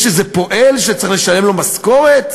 יש איזה פועל שצריך לשלם לו משכורת?